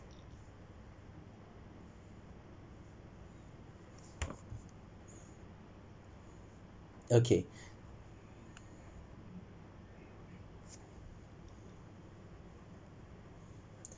okay